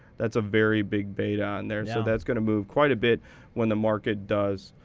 that's a very big beta on there, so that's going to move quite a bit when the market does.